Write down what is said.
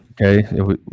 Okay